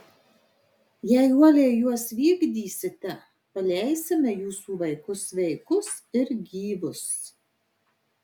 jei uoliai juos vykdysite paleisime jūsų vaikus sveikus ir gyvus